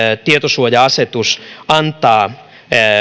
tietosuoja asetus antaa